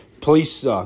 police